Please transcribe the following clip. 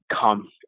come